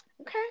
Okay